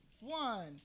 one